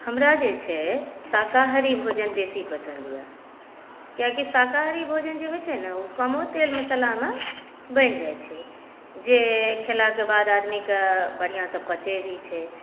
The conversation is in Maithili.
हमरा जे छै शाकाहारी भोजन बेसी पसन्द यऽ कियाकि शाकाहारी भोजन जे होइ छै ने ओ कमो तेल मसालामे बनि जाइ छै जे खेलाक बाद अदमीके बढ़िऑंसँ पचै भी छै